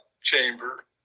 chamber